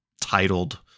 titled